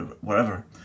wherever